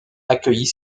accueillit